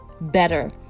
better